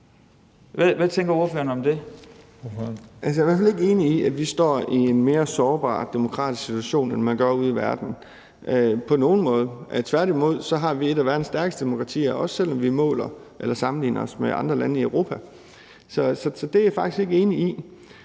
Danielsen (V): Altså, jeg er i hvert fald ikke enig i, at vi står i en mere sårbar demokratisk situation, end man gør ude i verden, på nogen måde. Tværtimod har vi et af verdens stærkeste demokratier, også selv om vi sammenligner os med andre lande i Europa. Så det er jeg faktisk ikke enig i.